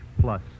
Plus